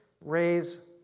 raise